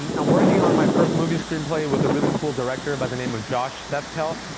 um i'm working on my first movie screenplay with a really cool director by the name of josh seftel.